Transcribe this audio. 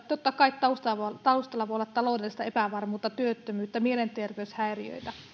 totta kai taustalla voi olla taloudellista epävarmuutta työttömyyttä mielenterveyshäiriöitä